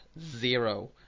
zero